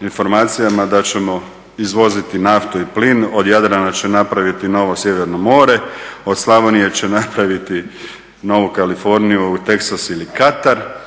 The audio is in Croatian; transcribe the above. informacijama da ćemo izvoziti naftu i plin od Jadrana će napraviti novo Sjeverno more, od Slavonije će napraviti novu Kaliforniju, Teksas ili Katar,